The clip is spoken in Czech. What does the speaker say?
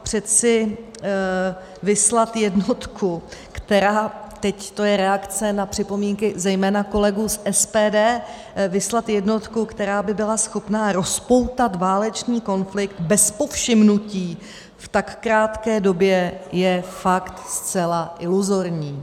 Přeci vyslat jednotku, která teď to je reakce na připomínky zejména kolegů z SPD vyslat jednotku, která by byla schopna rozpoutat válečný konflikt bez povšimnutí v tak krátké době, je fakt zcela iluzorní.